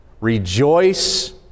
Rejoice